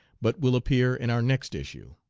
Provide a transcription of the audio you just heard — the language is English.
but will appear in our next issue.